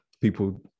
people